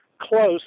close